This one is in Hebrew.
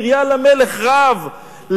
קריה למלך רב,